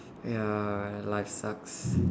ya life sucks